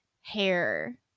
hair